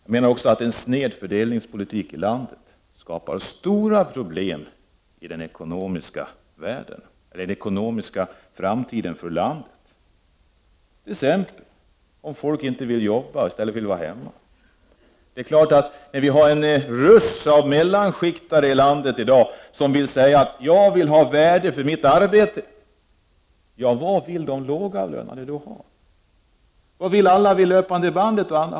Jag menar också att den sneda fördelningspolitiken i landet skapar stora problem för landets framtid i ekonomiskt hänseende. Människor kanske t.ex. inte vill arbeta utan vill vara hemma i stället. Om ”mellanskiktare” i landet i dag säger att de vill ha värde för sitt arbete, vad vill då de lågavlönade ha? Vad vill alla vid löpande bandet och andra ha?